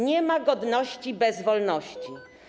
Nie ma godności bez wolności.